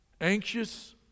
Anxious